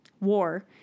war